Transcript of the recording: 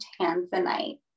tanzanite